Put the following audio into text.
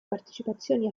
partecipazioni